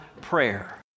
prayer